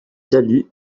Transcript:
talus